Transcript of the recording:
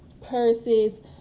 purses